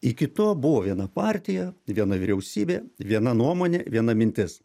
iki to buvo viena partija viena vyriausybė ir viena nuomonė viena mintis